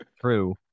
true